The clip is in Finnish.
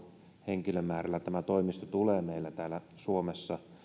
henkilömäärällä tämä toimisto tulee meillä täällä suomessa